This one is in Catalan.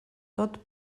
tot